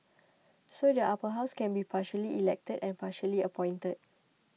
so the Upper House can be partially elected and partially appointed